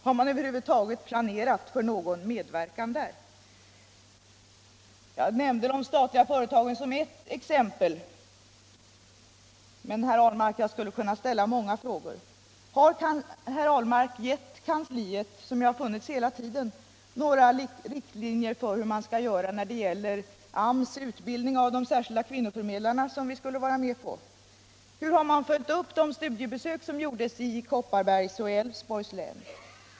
Har man över huvud taget planerat för någon medverkan där? Jag nämnde de statliga företagen som ett exempel. Men, herr Ahlmark, jag skulle kunna ställa många frågor. Har herr Ahlmark gett kansliet, som ju har funnits hela tiden, några riktlinjer för hur man skall göra när det gäller AMS utbildning av de särskilda kvinnoförmedlarna, som vi skulle vara med på? Hur har man följt upp de studiebesök som gjordes i Kopparbergs och Älvsborgs län?